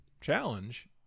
challenge